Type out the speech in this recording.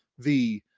the